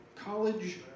college